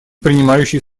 принимающей